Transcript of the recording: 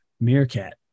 Meerkat